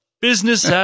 Business